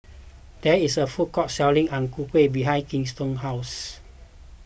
there is a food court selling Ang Ku Kueh behind Kenton's house